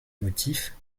motifs